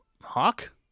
hawk